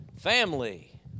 family